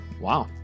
Wow